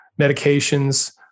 Medications